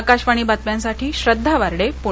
आकाशवाणी बातम्यांसाठी श्रद्वा वार्डे पुणे